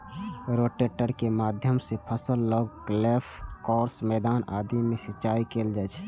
rotator के माध्यम सं फसल, लॉन, गोल्फ कोर्स, मैदान आदि मे सिंचाइ कैल जाइ छै